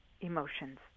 emotions